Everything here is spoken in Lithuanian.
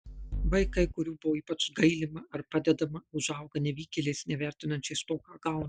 vaikai kurių buvo ypač gailima ar padedama užauga nevykėliais nevertinančiais to ką gauna